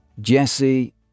Jesse